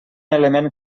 element